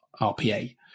RPA